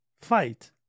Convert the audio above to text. fight